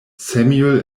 samuel